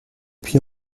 puis